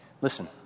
Listen